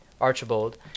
Archibald